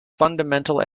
fundamental